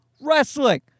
wrestling